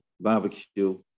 barbecue